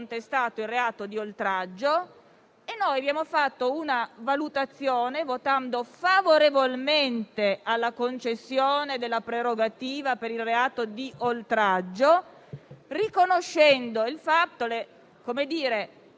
contestato il reato di oltraggio e noi abbiamo fatto una valutazione, votando favorevolmente alla concessione della prerogativa per il reato di oltraggio, riconoscendo il fatto che,